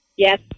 Yes